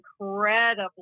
incredibly